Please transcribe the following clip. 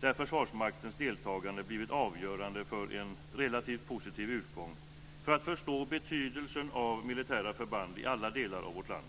där Försvarsmaktens deltagande blev avgörande för en relativt positiv utgång - detta sagt för att man ska förstå betydelsen av militära förband i alla delar av vårt land.